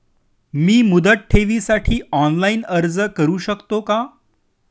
मी मुदत ठेवीसाठी ऑनलाइन अर्ज करू शकतो का?